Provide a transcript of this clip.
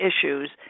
issues